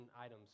items